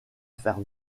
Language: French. faire